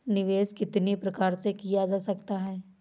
निवेश कितनी प्रकार से किया जा सकता है?